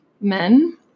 men